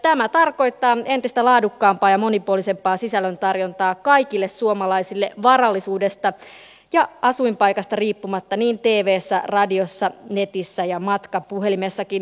tämä tarkoittaa entistä laadukkaampaa ja monipuolisempaa sisällöntarjontaa kaikille suomalaisille varallisuudesta ja asuinpaikasta riippumatta niin tvssä radiossa netissä kuin matkapuhelimessakin